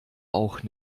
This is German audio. auch